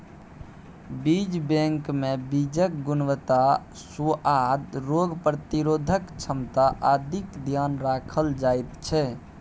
बीज बैंकमे बीजक गुणवत्ता, सुआद, रोग प्रतिरोधक क्षमता आदिक ध्यान राखल जाइत छै